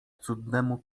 cudnemu